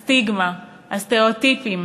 הסטיגמה, הסטריאוטיפים,